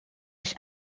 ich